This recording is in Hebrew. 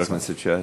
חבר הכנסת נחמן שי.